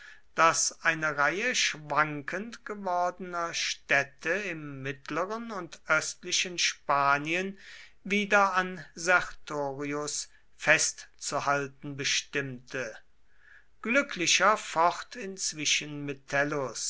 das eine reihe schwankend gewordener städte im mittleren und östlichen spanien wieder an sertorius festzuhalten bestimmte glücklicher focht inzwischen metellus